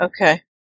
Okay